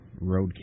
Roadkill